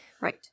Right